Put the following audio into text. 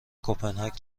کپنهاک